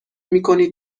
میکنید